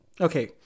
Okay